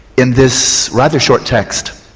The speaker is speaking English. in this rather short text,